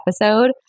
episode